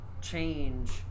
change